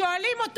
ושואלים אותו,